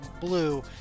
Blue